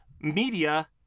media